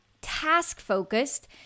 task-focused